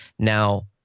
Now